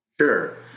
Sure